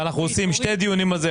ואנחנו עושים שני דיונים על זה,